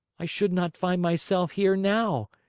i should not find myself here now,